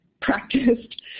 practiced